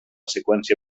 seqüència